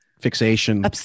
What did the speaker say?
fixation